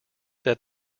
that